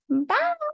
bye